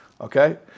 okay